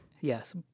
Yes